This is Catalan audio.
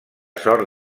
sort